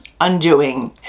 undoing